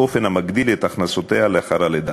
באופן המגדיל את הכנסותיה לאחר הלידה.